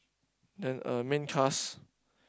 then uh main cast